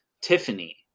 Tiffany